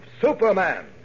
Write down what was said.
Superman